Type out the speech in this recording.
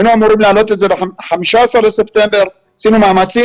היינו אמורים להעלות את זה ב-15 בספטמבר אבל עשינו מאמצים